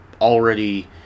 already